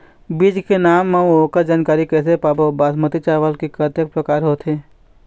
बीज के नाम अऊ ओकर जानकारी कैसे पाबो बासमती चावल के कतेक प्रकार होथे?